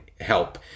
help